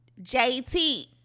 JT